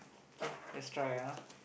K let's try ah